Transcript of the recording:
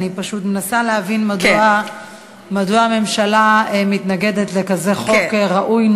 אני פשוט מנסה להבין מדוע הממשלה מתנגדת לכזה חוק ראוי,